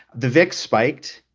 the vix spiked,